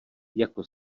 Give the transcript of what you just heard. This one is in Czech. jako